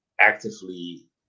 actively